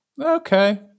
Okay